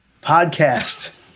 podcast